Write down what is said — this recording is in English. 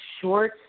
short